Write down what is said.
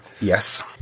Yes